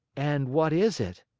and what is it?